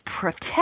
protect